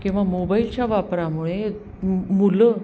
किंवा मोबाईलच्या वापरामुळे मुलं